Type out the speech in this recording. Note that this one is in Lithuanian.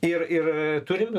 ir ir turim